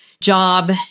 job